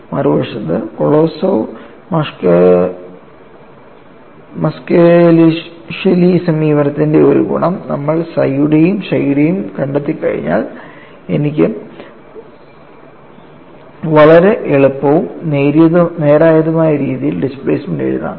മറുവശത്ത് Kolosov Muskhelishvili സമീപനത്തിന്റെ ഒരു ഗുണം നമ്മൾ psi യും chi യും കണ്ടെത്തിക്കഴിഞ്ഞാൽ എനിക്ക് വളരെ എളുപ്പവും നേരായതുമായ രീതിയിൽ ഡിസ്പ്ലേസ്മെൻറ് എഴുതാം